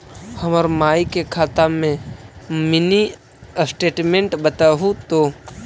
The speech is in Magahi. हमर माई के खाता के मीनी स्टेटमेंट बतहु तो?